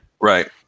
Right